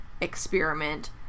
experiment